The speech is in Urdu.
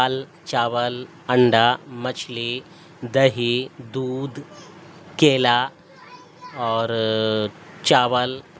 دال چاول انڈا مچھلی دہی دودھ کیلا اور چاول